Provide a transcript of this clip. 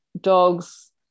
dogs